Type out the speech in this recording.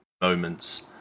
moments